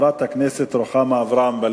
כל מיני אנשים הגיעו לרעיון,